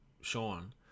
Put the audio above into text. sean